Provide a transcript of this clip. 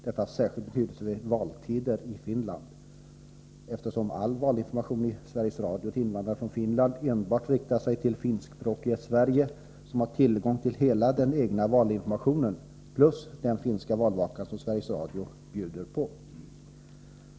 Detta har särskild betydelse vid valtider i Finland, eftersom all valinformation i Sveriges Radio till invandrarna från Finland enbart riktar sig till finskspråkiga i Sverige, som har tillgång till hela den egna valinformationen plus den finska valvakan som Sveriges Radio bjuder på.